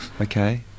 Okay